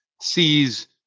sees